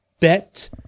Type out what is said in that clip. Bet